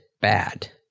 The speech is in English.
bad